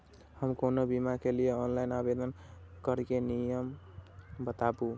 हम कोनो बीमा के लिए ऑनलाइन आवेदन करीके नियम बाताबू?